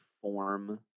form –